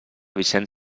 vicent